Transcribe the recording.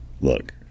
look